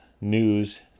news